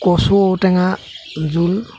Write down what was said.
কচু ঔটেঙা জোল